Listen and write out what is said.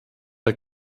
der